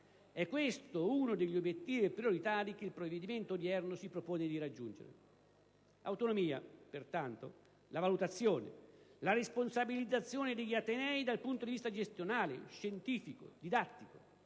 elevati è uno degli obiettivi prioritari che il provvedimento odierno si propone di raggiungere. L'autonomia, pertanto, la valutazione, la responsabilizzazione degli atenei dal punto di vista gestionale, scientifico e didattico;